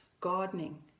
gardening